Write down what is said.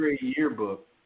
yearbook